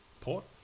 Port